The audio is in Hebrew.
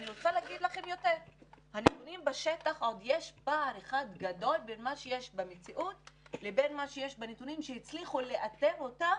יש פער בין הכמות שיש במציאות לבין הכמות שאותה הצליחו לאתר.